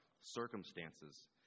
circumstances